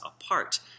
apart